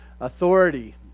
authority